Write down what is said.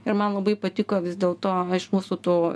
ir man labai patiko vis dėlto iš mūsų tų